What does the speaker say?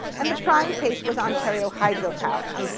and the prime case was ontario hydro power.